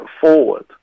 forward